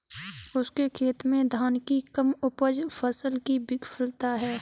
उसके खेत में धान की कम उपज फसल की विफलता है